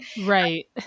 right